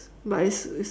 but it's it's